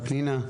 פנינה,